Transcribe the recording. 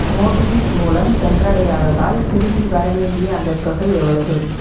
MobiKwik மூலம் சென்றடையாததால் திரும்பி வரவேண்டிய அந்தத் தொகை எவ்வளவு